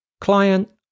Client